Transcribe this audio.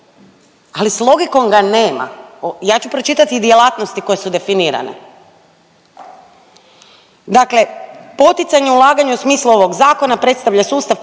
ali sa logikom ga nema. Ja ću pročitati djelatnosti koje su definirate. Dakle, poticanje ulaganja u smislu ovog zakona predstavlja sustav